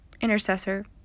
intercessor